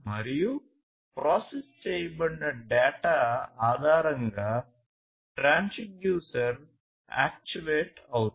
మరియు ప్రాసెస్ చేయబడిన డేటా ఆధారంగా ట్రాన్స్డ్యూసెర్ యాక్చువేట్ అవుతుంది